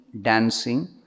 dancing